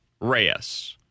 Reyes